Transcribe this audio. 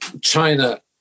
China